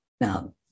Now